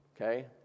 Okay